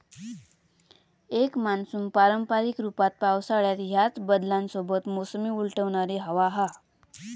एक मान्सून पारंपारिक रूपात पावसाळ्यात ह्याच बदलांसोबत मोसमी उलटवणारी हवा हा